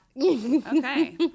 Okay